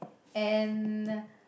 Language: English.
and